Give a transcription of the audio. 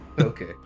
Okay